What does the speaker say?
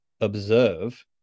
observe